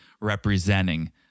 representing